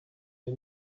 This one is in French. des